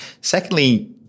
Secondly